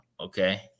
Okay